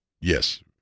Yes